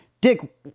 Dick